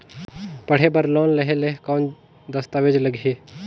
पढ़े बर लोन लहे ले कौन दस्तावेज लगही?